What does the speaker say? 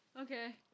okay